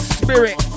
spirit